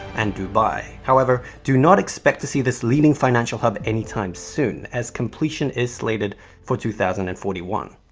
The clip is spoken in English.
and dubai. however, do not expect to see this leading financial hub any time soon, as completion is slated for two thousand and forty one.